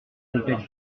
complexe